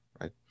right